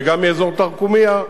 וגם מאזור תרקומיא,